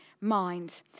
mind